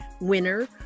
Winner